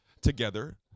together